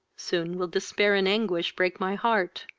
soon will despair and anguish break my heart.